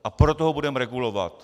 A proto ho budeme regulovat?